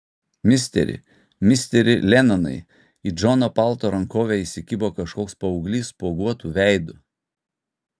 misteri misteri lenonai į džono palto rankovę įsikibo kažkoks paauglys spuoguotu veidu